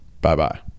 Bye-bye